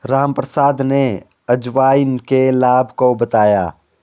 रामप्रसाद ने अजवाइन के लाभ को बताया